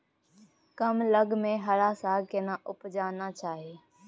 कम लग में हरा साग केना उपजाना चाही?